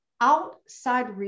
outside